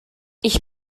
ich